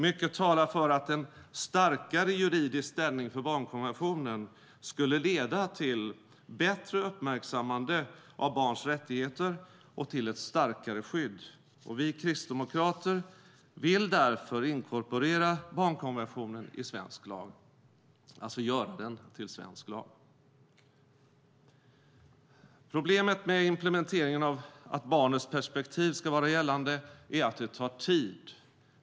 Mycket talar för att en starkare juridisk ställning för barnkonventionen skulle leda till bättre uppmärksammande av barns rättigheter och till ett starkare skydd. Vi kristdemokrater vill därför inkorporera barnkonventionen i svensk lag, alltså göra den till svensk lag. Problemet med implementeringen av att barnets perspektiv ska vara gällande är att det tar tid.